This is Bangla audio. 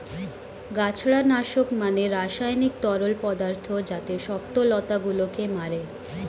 গাছড়া নাশক মানে রাসায়নিক তরল পদার্থ যাতে শক্ত লতা গুলোকে মারে